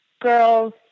girls